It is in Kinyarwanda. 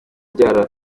ubyara